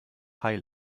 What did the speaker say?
heil